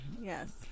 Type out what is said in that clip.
Yes